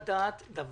כדי שהעניין הזה